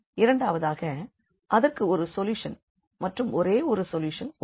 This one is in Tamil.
இரண்டாவது அதற்கு ஒரு சொல்யூஷன் மற்றும் ஒரே ஒரு ஒரு சொல்யூஷன் உண்டு